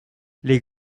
les